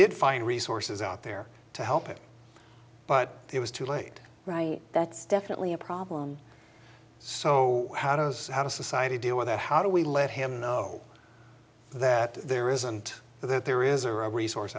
did find resources out there to help it but it was too late right that's definitely a problem so how does how does society deal with that how do we let him know that there isn't there that there is a resource